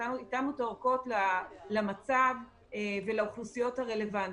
התאמנו את האורכות למצב ולאוכלוסיות הרלוונטיות.